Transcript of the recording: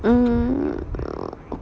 mm